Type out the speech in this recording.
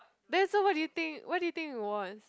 then so what do you think what do you think it was